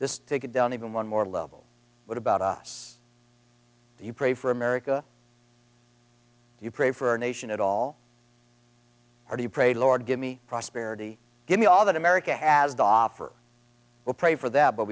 this take it down even one more level what about us do you pray for america you pray for our nation at all or do you pray lord give me prosperity give me all that america has to offer will pray for that but